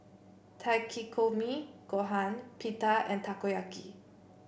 Takikomi Gohan Pita and Takoyaki